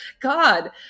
god